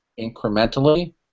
incrementally